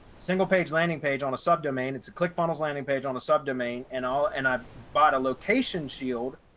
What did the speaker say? single page landing page on a subdomain, it's a click funnels landing page on a subdomain and all and i bought a location shield,